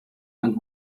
and